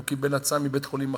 הוא קיבל הצעה מבית-חולים אחר,